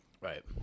Right